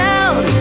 out